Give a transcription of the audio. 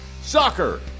Soccer